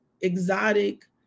exotic